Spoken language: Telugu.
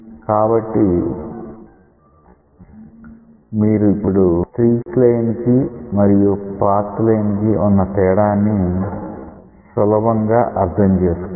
కాబట్టి మీరు ఇప్పుడు స్ట్రీక్ లైన్ కి మరియు పాత్ లైన్ కి వున్నా తేడాని సులభంగా అర్ధం చేసుకోవచ్చు